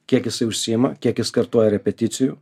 kiek jisai užsiima kiek jis kartoja repeticijų